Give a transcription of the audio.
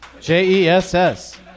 J-E-S-S